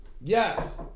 Yes